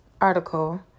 article